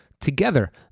Together